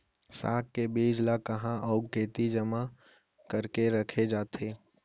साग के बीज ला कहाँ अऊ केती जेमा करके रखे जाथे?